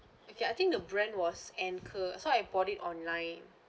okay I think the brand was anchor so I bought it online